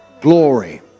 glory